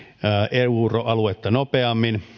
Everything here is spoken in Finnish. euroaluetta nopeammin